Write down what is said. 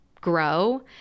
grow